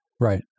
Right